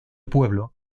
pueblo